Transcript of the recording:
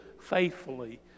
faithfully